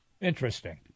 Interesting